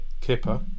kipper